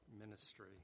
ministry